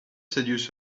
seduce